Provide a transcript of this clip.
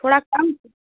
थोड़ा कम कीजिए